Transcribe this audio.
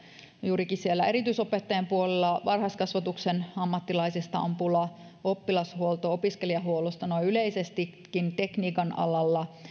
on juurikin siellä erityisopettajien puolella varhaiskasvatuksen ammattilaisista on pula oppilashuollossa opiskelijahuollossa noin yleisestikin tekniikan alalla